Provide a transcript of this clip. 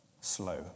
slow